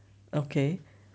okay